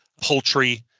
poultry